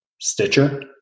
Stitcher